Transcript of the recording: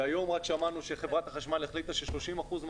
רק היום שמענו שחברת החשמל החליטה ש-30 אחוזים